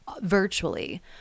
virtually